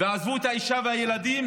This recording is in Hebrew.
ועזבו את האישה והילדים